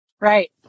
Right